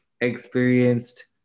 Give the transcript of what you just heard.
experienced